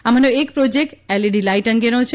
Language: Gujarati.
આમાંનો એક પ્રોજેક્ટ એલઇડી લાઇટ અંગેનો છે